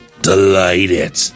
delighted